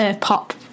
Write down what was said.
pop